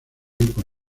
con